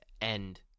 end